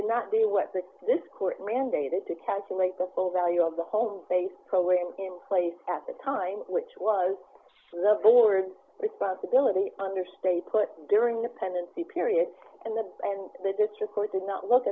did not the what the this court mandated to calculate the full value of the home based program in place at the time which was the word responsibility under state put during the pendency period and then and the district court did not look